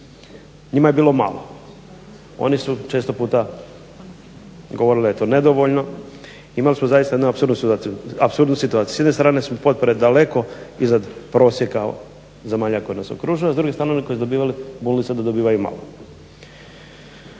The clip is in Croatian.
Njima je bilo malo, oni su često puta govorili da je to nedovoljno. Imali smo zaista jednu apsurdnu situaciju, s jedne strane smo potpore daleko iznad prosjeka zemalja koje nas okružuju, a s druge strane oni koji su dobivali bunili se da dobivaju malo.